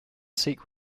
seek